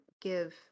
give